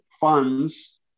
funds